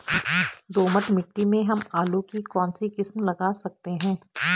दोमट मिट्टी में हम आलू की कौन सी किस्म लगा सकते हैं?